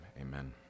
Amen